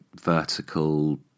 vertical